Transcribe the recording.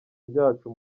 ryacu